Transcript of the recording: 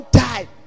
time